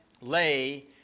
Lay